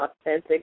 authentic